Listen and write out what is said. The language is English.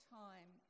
time